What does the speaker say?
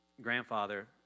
grandfather